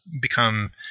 become